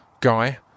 guy